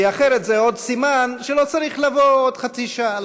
כי אחרת זה עוד סימן שלא צריך לבוא עוד חצי שעה.